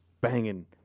Banging